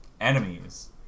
enemies